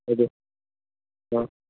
हजुर अँ